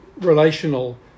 relational